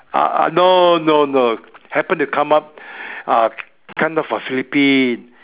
uh no no no happened to come up uh come down from Philippines